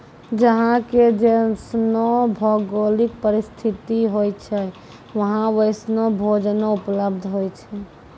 जहां के जैसनो भौगोलिक परिस्थिति होय छै वहां वैसनो भोजनो उपलब्ध होय छै